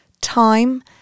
time